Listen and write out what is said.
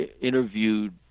interviewed